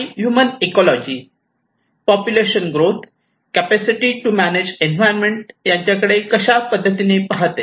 आणि human ecology population growth capacity to manage environment याकडे कशा पद्धतीने पाहते